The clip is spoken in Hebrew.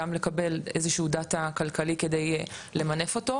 גם לקבל איזשהו Data כלכלי כדי למנף אותו,